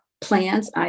plans